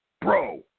bro